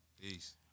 Peace